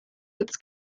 its